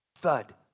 thud